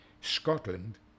Scotland